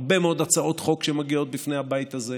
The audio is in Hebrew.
הרבה מאוד הצעות חוק שמגיעות בפני הבית הזה,